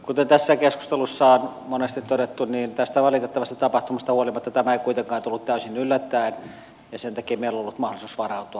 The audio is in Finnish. kuten tässä keskustelussa on monesti todettu tästä valitettavasta tapahtumasta huolimatta tämä ei kuitenkaan tullut täysin yllättäen ja sen takia meillä on ollut mahdollisuus varautua